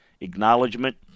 acknowledgement